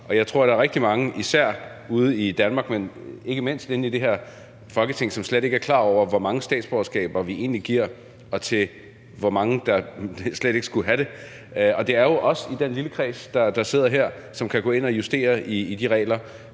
Jeg tror, der er rigtig mange, især ude i Danmark, men ikke mindst inde i det her Folketing, som slet ikke er klar over, hvor mange statsborgerskaber vi egentlig giver, og hvor mange der slet ikke skulle have det. Det er jo os i denne lille kreds, der sidder her, som kan gå ind at justere i de regler.